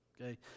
okay